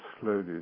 slowly